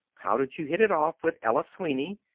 how did you hit it off with ella sweeney?